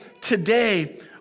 today